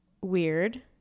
weird